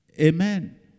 Amen